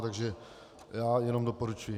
Takže já jenom doporučuji.